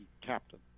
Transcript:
captain